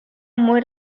más